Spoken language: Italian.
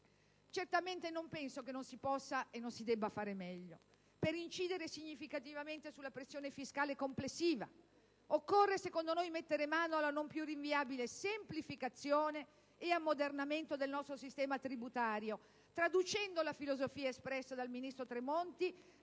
Certamente, non penso che non si possa e non si debba fare meglio. Per incidere significativamente sulla pressione fiscale complessiva occorre secondo noi mettere mano alla non più rinviabile semplificazione e ammodernamento del nostro sistema tributario, traducendo in realtà la filosofia espressa dal ministro Tremonti